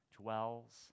dwells